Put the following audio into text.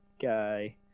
guy